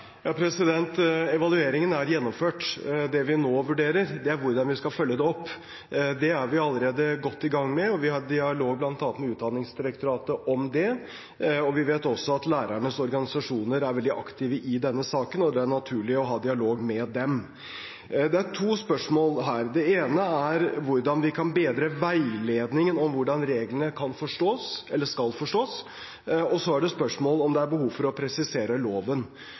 Evalueringen er gjennomført. Det vi nå vurderer, er hvordan vi skal følge det opp. Det er vi allerede godt i gang med, vi har dialog bl.a. med Utdanningsdirektoratet om det. Vi vet også at lærernes organisasjoner er veldig aktive i denne saken, og det er naturlig å ha dialog med dem. Det er to spørsmål her. Det ene er hvordan vi kan bedre veiledningen om hvordan reglene kan forstås, eller skal forstås. Så er det spørsmål om det er behov for å presisere loven.